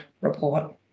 report